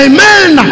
Amen